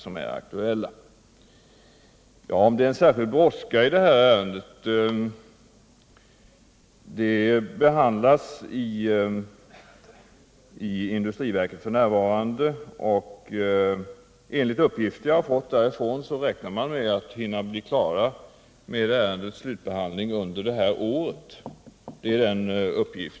Beträffande frågan om huruvida det är särskilt brådskande med det här ärendet vill jag säga att saken f. n. behandlas i industriverket. Enligt uppgift därifrån räknar man med att hinna bli klar med ärendets slutbehandling under det här året.